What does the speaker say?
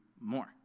more